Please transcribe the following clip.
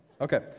Okay